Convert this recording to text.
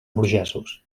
burgesos